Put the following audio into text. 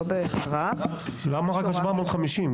למה רק 750?